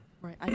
Right